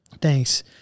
Thanks